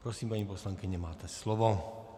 Prosím, paní poslankyně, máte slovo.